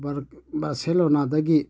ꯕꯥꯔꯁꯦꯂꯣꯅꯥꯗꯒꯤ